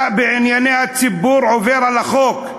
אתה בעיני הציבור עובר על החוק,